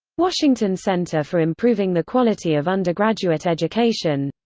washington center for improving the quality of undergraduate education